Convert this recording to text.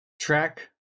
track